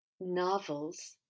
novels